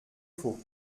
faut